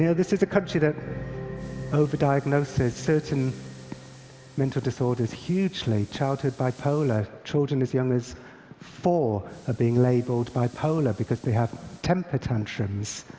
you know this is a country that over-diagnoses certain mental disorders hugely. childhood bipolar children as young as four are being labeled bipolar because they have temper tantrums,